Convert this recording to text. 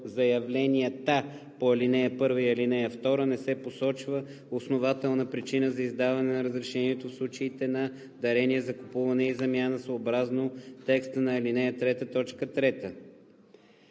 заявленията по ал. 1 и ал. 2 не се посочва основателна причина за издаване на разрешението в случаите на дарение, закупуване и замяна, съобразно текста на ал. 3 т.